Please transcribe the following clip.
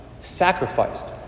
sacrificed